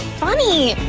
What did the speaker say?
funny!